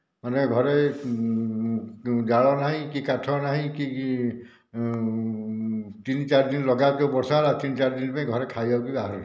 ମାନେ ଘରେ ଜାଳ ନାହିଁ କି କାଠ ନାହିଁ କି ତିନି ଚାରି ଦିନ ଲଗାତାର ଯେଉଁ ବର୍ଷା ହେଲା ତିନି ଚାରି ଦିନ ପାଇଁ ଘରେ ଖାଇବାକୁ ବି ଆହାର ନାହିଁ